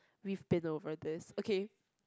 we've been over this okay